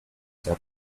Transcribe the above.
sea